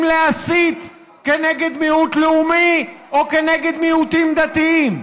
להסית כנגד מיעוט לאומי או כנגד מיעוטים דתיים,